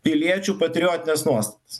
piliečių patriotines nuostatas